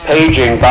Paging